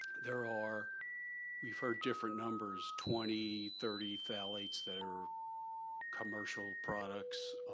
there are we've heard different numbers, twenty, thirty phthalates that are commercial products